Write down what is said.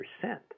percent